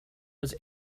was